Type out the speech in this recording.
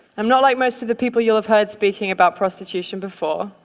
i'm not like most of the people you'll have heard speaking about prostitution before.